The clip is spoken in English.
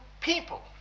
people